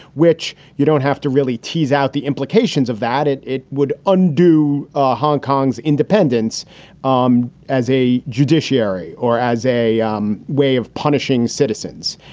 which you don't have to really tease out the implications of that. it it would undo ah hong kong's independence um as a judiciary or as a um way of punishing citizens.